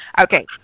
Okay